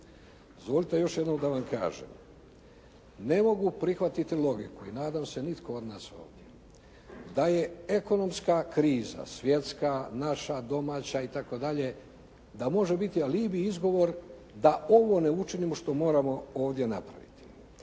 Izvolite još jednom da vam kažem ne mogu prihvatiti logiku i nadam se nitko od nas ovdje da je ekonomska kriza svjetska, naša domaća itd. da može biti alibi, izgovor da ovo ne učinimo što moramo ovdje napraviti.